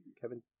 Kevin